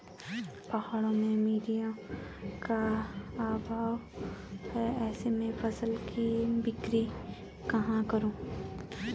पहाड़ों में मडिंयों का अभाव है ऐसे में फसल की बिक्री कहाँ करूँ?